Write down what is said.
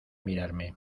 mirarme